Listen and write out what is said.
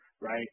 Right